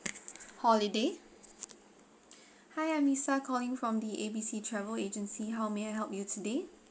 holiday hi I'm lisa calling from the A B C travel agency how may I help you today